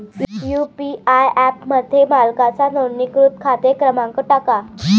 UPI ॲपमध्ये मालकाचा नोंदणीकृत खाते क्रमांक टाका